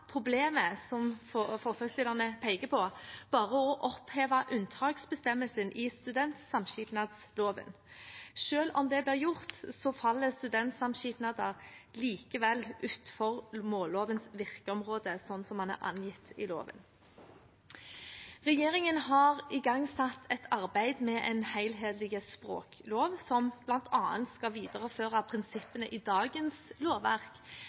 problemet som forslagsstillerne peker på, bare å oppheve unntaksbestemmelsen i studentsamskipnadsloven. Selv om det blir gjort, faller studentsamskipnader utenfor mållovens virkeområde slik det er angitt i denne loven. Regjeringen har igangsatt et arbeid med en helhetlig språklov som bl.a. skal videreføre prinsippene i dagens lovverk